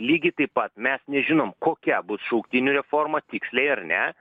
lygiai taip pat mes nežinom kokia bus šauktinių reforma tiksliai ar ne